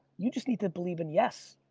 you just need to believe in yes.